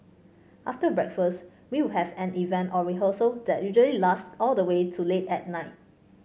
after breakfast we would have an event or rehearsal that usually lasts all the way to late at night